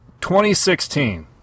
2016